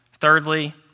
Thirdly